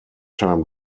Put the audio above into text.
time